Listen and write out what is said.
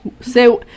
say